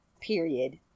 period